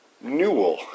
Newell